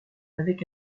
avec